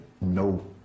no